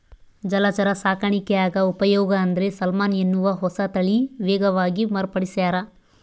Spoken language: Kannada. ಜಲಚರ ಸಾಕಾಣಿಕ್ಯಾಗ ಉಪಯೋಗ ಅಂದ್ರೆ ಸಾಲ್ಮನ್ ಎನ್ನುವ ಹೊಸತಳಿ ವೇಗವಾಗಿ ಮಾರ್ಪಡಿಸ್ಯಾರ